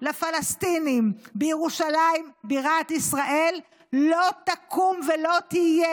לפלסטינים בירושלים בירת ישראל לא תקום ולא תהיה.